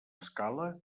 escala